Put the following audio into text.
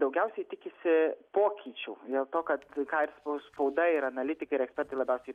daugiausiai tikisi pokyčių dėl to kad ką ir spau spauda ir analitikai ir ekspertai labiausiai